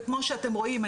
וכמו שאתם רואים,